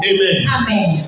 Amen